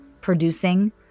producing